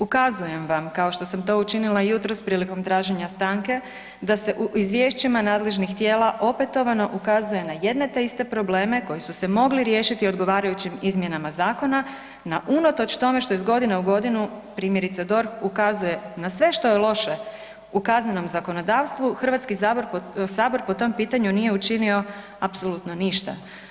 Ukazujem vam kao što sam to učinila jutros prilikom traženja stanke da se u izvješćima nadležnih tijela opetovano ukazuje na jedne te iste probleme koji su se mogli riješiti odgovarajućim izmjenama zakona na unatoč tome što iz godine u godinu primjerice DORH ukazuje na sve što je loše u kaznenom zakonodavstvu Hrvatski sabor po tom pitanju nije učinio apsolutno ništa.